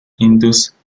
induce